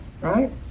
Right